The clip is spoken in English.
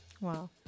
Wow